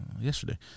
Yesterday